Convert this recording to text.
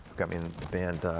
got me in the band